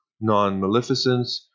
non-maleficence